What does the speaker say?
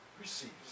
receives